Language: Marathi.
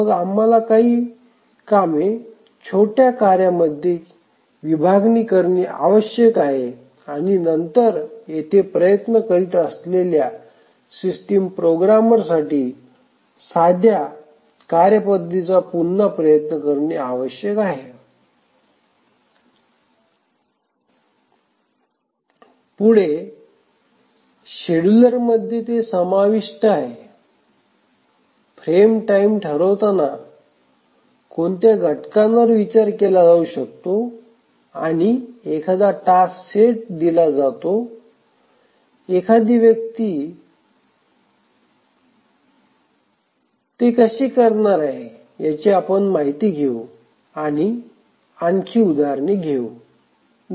मग आम्हाला काही कामे छोट्या कार्यामध्ये किंवा विभागणी आवश्यक आहे आणि नंतर येथे प्रयत्न करीत असलेल्या सिस्टम प्रोग्रामरसाठी साध्या कार्यपद्धतीचा पुन्हा प्रयत्न करणे आवश्यक आहे पुढे शेड्युलर ठरवण्यामध्ये काय समाविष्ट आहे फ्रेम टाईम ठरवताना कोणत्या घटकांवर विचार केला जाऊ शकतो आणि एखादा टास्क सेट दिला जातो एखादी व्यक्ती ते कशी करणार आहे याची आपण माहिती घेऊ आणि आणखी उदाहरणे देऊ